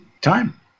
time